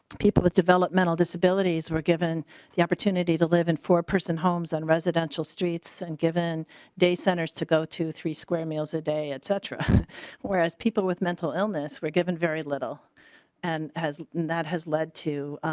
people with developmental disabilities were given the opportunity to live in foreperson homes and residential streets and given de centers to go to three square meals a day it's ah a whereas people with mental illness were given very little and has that has led to.